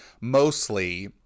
mostly